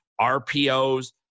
RPOs